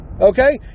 Okay